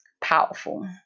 Powerful